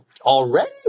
already